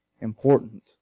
important